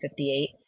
1958